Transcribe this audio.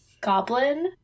Goblin